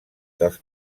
dels